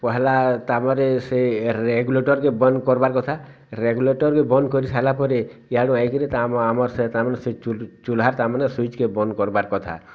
ପହେଲା ତା'ପରେ ସେ ରେଗୁଲେଟର୍ କେ ବନ୍ଦ କର୍ବାର୍ କଥା ରେଗୁଲେଟର୍କୁ ବନ୍ଦ କରିସାରିଲା ପରେ ୟାଡ଼ୁ ଆଇକିରି ତା ଆମ ଆମର ସେ ତା'ମାନେ ସେ ଚୁଲିରୁ ଚୁହ୍ଲାର୍ ତା ମାନେ ସୁଇଚ୍ କେ ବନ୍ଦ କର୍ବାର୍ କଥା